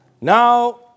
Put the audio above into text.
Now